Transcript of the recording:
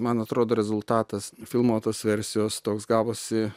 man atrodo rezultatas filmuotos versijos toks gavosi